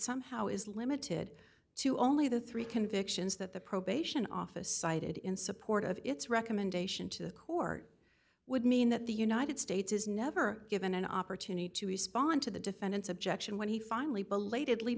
somehow is limited to only the three convictions that the probation office cited in support of its recommendation to the court would mean that the united states is never given an opportunity to respond to the defendant's objection when he finally belat